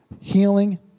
healing